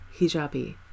Hijabi